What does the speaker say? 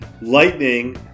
lightning